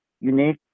Unique